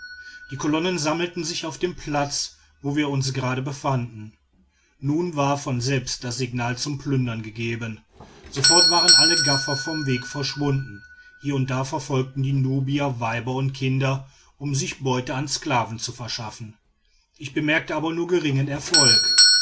die kolonnen sammelten sich auf dem platz wo wir uns gerade befanden nun war von selbst das signal zum plündern gegeben sofort waren alle gaffer vom weg verschwunden hier und da verfolgten die nubier weiber und kinder um sich beute an sklaven zu verschaffen ich bemerkte aber nur geringen erfolg